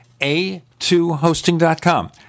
a2hosting.com